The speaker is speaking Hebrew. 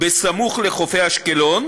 סמוך לחופי אשקלון,